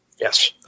Yes